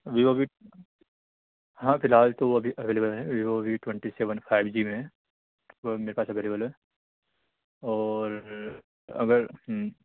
Vivo V ہاں فی الحال تو ابھی اویلیبل ہے Vivo V twenty seven five G میں ہے وہ میرے پاس اویلیبل ہے اور اگر